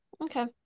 Okay